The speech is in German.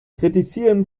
kritisieren